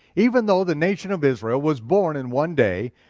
even though the nation of israel was born in one day,